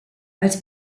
als